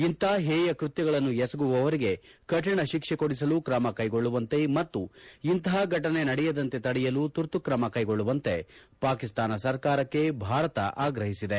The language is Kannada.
ಇಂಥ ಹೇಯ ಕ್ಲತ್ಸಗಳನ್ನು ಎಸಗುವವರಿಗೆ ಕಠಿಣ ಶಿಕ್ಷೆ ಕೊಡಿಸಲು ಕ್ರಮ ಕ್ಲೆಗೊಳ್ಳುವಂತೆ ಮತ್ತು ಇಂಥ ಘಟನೆ ನಡೆಯದಂತೆ ತಡೆಯಲು ತುರ್ತು ಕ್ರಮ ಕೈಗೊಳ್ಳುವಂತೆ ಪಾಕಿಸ್ತಾನ ಸರ್ಕಾರಕ್ಕೆ ಭಾರತ ಆಗ್ರಹಿಸಿದೆ